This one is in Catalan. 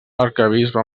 arquebisbe